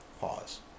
Pause